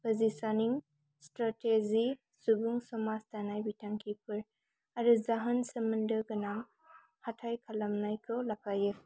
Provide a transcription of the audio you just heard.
पजिशनिं strategy सुबुं समाज दानाय बिथांखिफोर आरो जाहोन सोमोन्दो गोनां हाथाय खालामनायखौ लाफायो